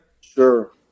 Sure